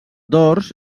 dors